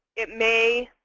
it may,